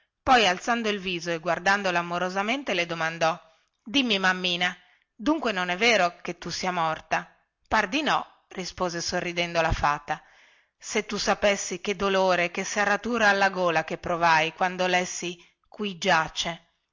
poi alzando il viso e guardandola amorosamente le domandò dimmi mammina dunque non è vero che tu sia morta par di no rispose sorridendo la fata se tu sapessi che dolore e che serratura alla gola che provai quando lessi qui giace